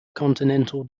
continental